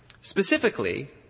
Specifically